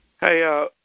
Hey